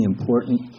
important